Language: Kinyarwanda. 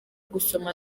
gusoma